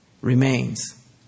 remains